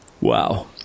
Wow